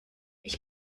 ich